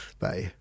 Bye